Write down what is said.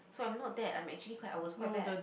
so I'm not that I'm actually quite I was quite bad